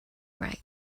right